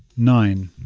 nine